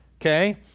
Okay